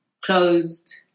closed